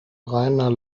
reiner